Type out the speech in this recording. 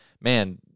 man